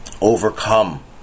overcome